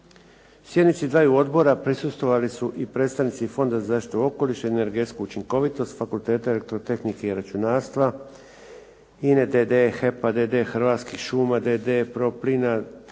Sjednici dvaju odbora prisustvovali su i predstavnici Fonda za zaštitu okoliša i energetsku učinkovitost Fakulteta elektrotehnike i računarstva, INA-e d.d., Hrvatski šuma d.d.,